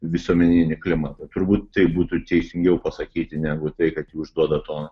visuomeninį klimatą turbūt taip būtų teisingiau pasakyti negu tai kad ji užduoda toną